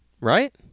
right